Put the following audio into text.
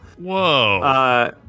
Whoa